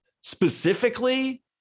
specifically